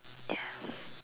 yes